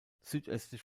südöstlich